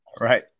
right